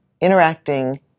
interacting